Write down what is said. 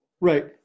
Right